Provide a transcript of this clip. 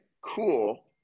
cool